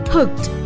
Hooked